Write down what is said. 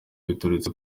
biturutse